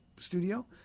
studio